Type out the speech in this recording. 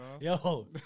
yo